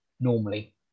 Normally